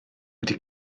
wedi